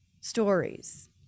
stories